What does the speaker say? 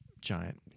giant